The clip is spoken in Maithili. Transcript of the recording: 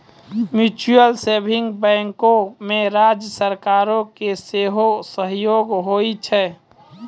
म्यूचुअल सेभिंग बैंको मे राज्य सरकारो के सेहो सहयोग होय छै